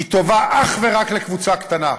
היא טובה אך ורק לקבוצה קטנה.